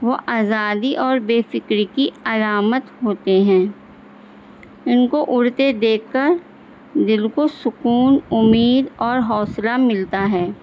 وہ آزادی اور بے فکر کی علامت ہوتے ہیں ان کو اڑتےیں دیکھ کر دل کو سکون امید اور حوصلہ ملتا ہے